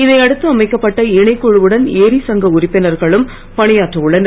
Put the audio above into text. இதை அடுத்து அமைக்கப்பட்ட இணைக்குழுவுடன் ஏரி சங்க உறுப்பினர்களும் பணியாற்ற உள்ளனர்